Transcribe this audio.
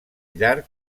llarg